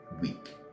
week